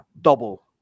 double